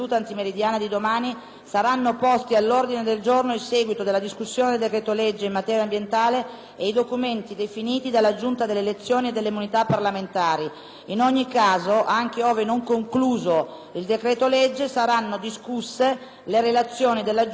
In ogni caso, anche ove non concluso il decreto-legge, saranno discusse le relazioni della Giunta che rivestono carattere di urgenza. La seduta pomeridiana di domani non avrà luogo. **Interpellanze